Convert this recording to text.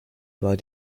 war